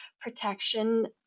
Protection